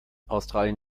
australien